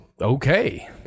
okay